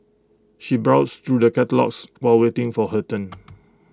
she browsed through the catalogues while waiting for her turn